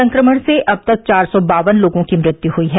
संक्रमण से अब तक चार सौ बावन लोगों की मृत्यु हुई है